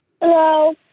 Hello